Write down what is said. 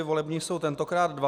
Volební body jsou tentokrát dva.